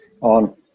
on